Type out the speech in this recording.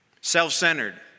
Self-centered